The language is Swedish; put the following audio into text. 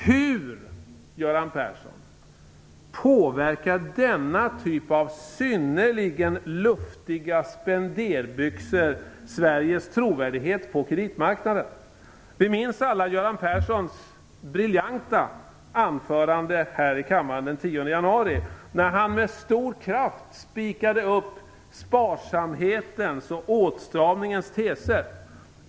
Hur, Göran Persson, påverkar denna typ av synnerligen luftiga spenderbyxor Sveriges trovärdighet på kreditmarknaden? Vi minns alla Göran Perssons briljanta anförande här i kammaren den 10 januari, när han med stor kraft spikade upp sparsamhetens och åtstramningens teser.